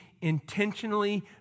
intentionally